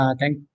thank